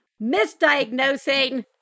Misdiagnosing